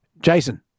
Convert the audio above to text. Jason